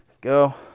Go